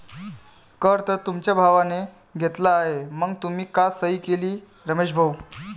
कर तर तुमच्या भावाने घेतला आहे मग तुम्ही का सही केली रमेश भाऊ?